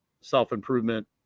self-improvement